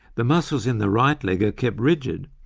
the muscles in the right leg are kept rigid,